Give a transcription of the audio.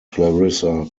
clarissa